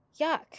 Yuck